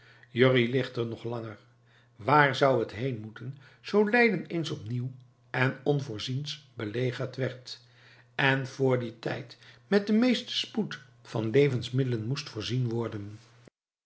jurrie ligt er nog langer waar zou het heen moeten zoo leiden eens opnieuw en onvoorziens belegerd werd en vr dien tijd met den meesten spoed van levensmiddelen moest voorzien worden